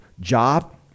job